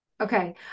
Okay